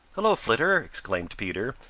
hello, flitter! exclaimed peter,